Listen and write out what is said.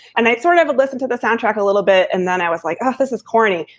and i sort of listen to the soundtrack a little bit. and then i was like, oh, this is corny.